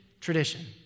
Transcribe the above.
tradition